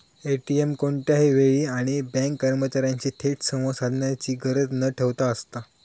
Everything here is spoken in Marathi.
ए.टी.एम कोणत्याही वेळी आणि बँक कर्मचार्यांशी थेट संवाद साधण्याची गरज न ठेवता असता